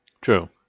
True